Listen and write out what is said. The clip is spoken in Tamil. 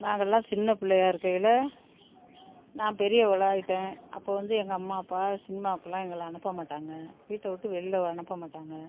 நாங்கள்லாம் சின்ன பிள்ளையா இருக்கையில் நான் பெரியவளாக ஆகிட்டேன் அப்போ வந்து எங்கள் அம்மா அப்பா சினிமாக்குலாம் எங்களை அனுப்ப மாட்டாங்க வீட்டை விட்டு வெளில அனுப்ப மாட்டாங்க